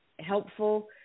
helpful